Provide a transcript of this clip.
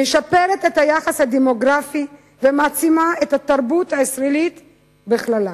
משפרת את היחס הדמוגרפי ומעצימה את התרבות הישראלית בכללה.